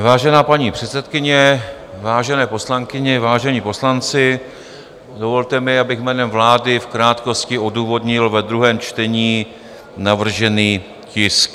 Vážená paní předsedkyně, vážené poslankyně, vážení poslanci, dovolte mi, abych jménem vlády v krátkosti odůvodnil ve druhém čtení navržený tisk.